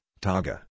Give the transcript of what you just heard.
TAGA